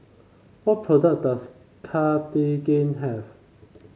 what product does Cartigain have